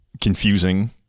confusing